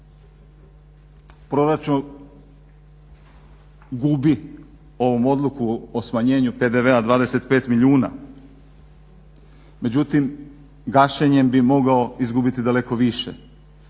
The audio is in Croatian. Proračun gubi ovu odluku o smanjenju PDV-a 25 milijuna. Međutim, gašenjem bi mogao izgubiti daleko više.